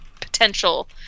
potential